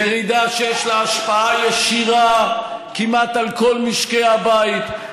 ירידה שיש לה השפעה ישירה כמעט על כל משקי הבית,